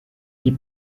die